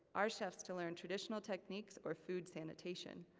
our chefs to learn traditional techniques or food sanitation,